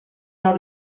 non